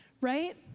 right